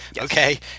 okay